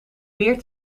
beer